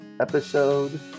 episode